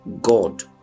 God